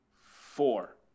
four